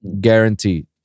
Guaranteed